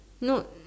not